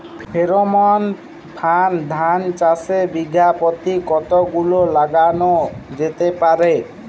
Pheromone ফাঁদ ধান চাষে বিঘা পতি কতগুলো লাগানো যেতে পারে?